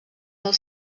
del